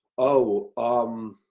oh, um.